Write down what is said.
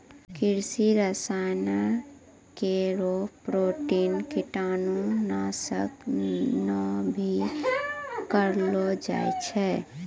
कृषि रसायन केरो प्रयोग कीटाणु नाशक म भी करलो जाय छै